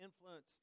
influence